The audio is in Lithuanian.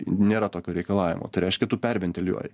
nėra tokio reikalavimo tai reiškia tu perventiliuoji